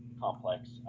complex